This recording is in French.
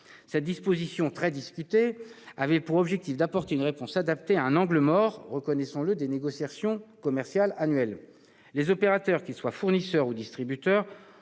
Cette disposition, très discutée, avait pour objectif d'apporter une réponse adaptée à un angle mort des négociations commerciales annuelles. Les opérateurs, qu'ils soient fournisseurs ou distributeurs,